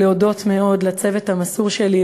להודות מאוד לצוות המסור שלי,